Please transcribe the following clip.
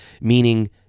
Meaning